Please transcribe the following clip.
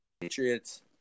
Patriots